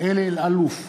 אלי אלאלוף,